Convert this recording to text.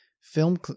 film